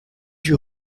huit